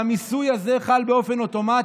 אבל המיסוי הזה חל באופן אוטומטי.